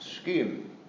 scheme